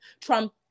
Trump